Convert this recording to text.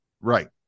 Right